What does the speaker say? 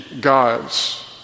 gods